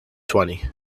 twenty